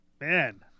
Man